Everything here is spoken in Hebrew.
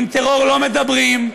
עם טרור לא מדברים,